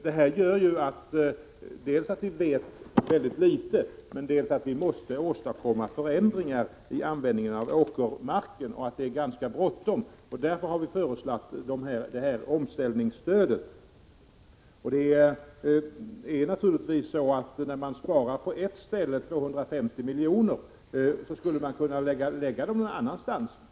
Detta innebär dels att vi inte vet särskilt mycket, dels att vi måste åstadkomma förändringar när det gäller användningen av åkermarken. Det är ganska bråttom, och vi har därför föreslagit ett omställningsstöd. Om man spar 250 miljoner på ett ställe, så skulle man naturligtvis kunna lägga dem någon annanstans.